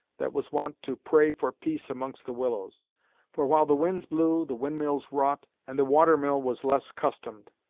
that was wont to pray for peace amongst the willows for while the winds blew, the wind-mills wrought, and the water-mill was less customed.